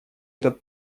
этот